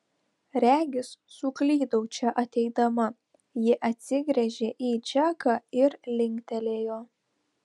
regis suklydau čia ateidama ji atsigręžė į džeką ir linktelėjo